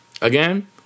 Again